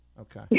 Okay